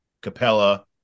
Capella